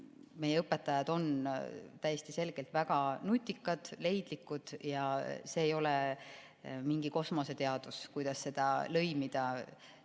Meie õpetajad on täiesti selgelt väga nutikad, leidlikud ja see ei ole mingi kosmoseteadus, kuidas seda lõimida teistesse